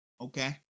Okay